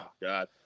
God